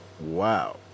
Wow